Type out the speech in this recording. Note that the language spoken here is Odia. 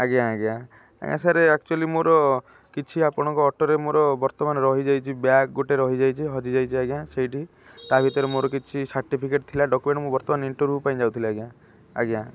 ଆଜ୍ଞା ଆଜ୍ଞା ଆଜ୍ଞା ସାର୍ ଆକ୍ଚୁଆଲି ମୋର କିଛି ଆପଣଙ୍କ ଅଟୋରେ ମୋର ବର୍ତ୍ତମାନ ରହିଯାଇଛି ବ୍ୟାଗ୍ ଗୋଟେ ରହିଯାଇଛି ହଜିଯାଇଛି ଆଜ୍ଞା ସେଇଠି ତା'ଭିତରେ ମୋର କିଛି ସାର୍ଟିଫିକେଟ୍ ଥିଲା ଡକ୍ୟୁମେଣ୍ଟ ମୁଁ ବର୍ତ୍ତମାନ ଇଣ୍ଟରଭ୍ୟୁ ପାଇଁ ଯାଉଥିଲି ଆଜ୍ଞା ଆଜ୍ଞା